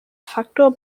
faktor